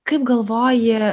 kaip galvoji